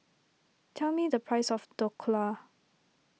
tell me the price of Dhokla